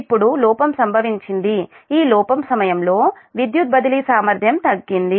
ఇప్పుడు లోపం సంభవించింది ఈ లోపం సమయంలో విద్యుత్ బదిలీ సామర్థ్యం తగ్గింది